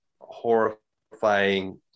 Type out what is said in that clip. horrifying